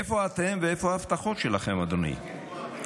איפה אתם ואיפה ההבטחות שלכם, אדוני?